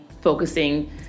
focusing